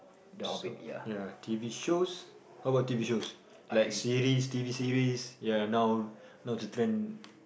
so ya t_v shows how about t_v shows like series t_v series ya now now the trend